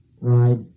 right